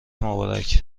مبارک